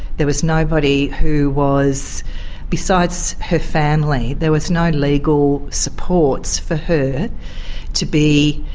there was nobody who was besides her family there was no legal supports for her to be,